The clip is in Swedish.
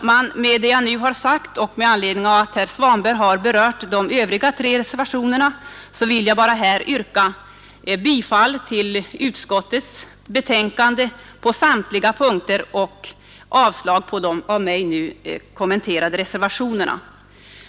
Med hänvisning till det jag nu har sagt och till vad herr Svanberg har anfört beträffande de övriga tre reservationerna vill jag yrka bifall till utskottets hemställan på samtliga punkter och avslag på de av mig kommenterade reservationerna.